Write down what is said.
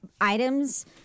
items